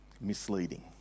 misleading